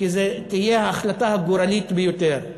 כי זו תהיה ההחלטה הגורלית ביותר,